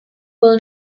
will